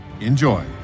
Enjoy